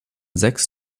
sechs